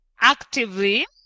actively